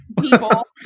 People